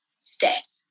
steps